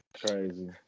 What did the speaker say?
Crazy